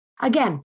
Again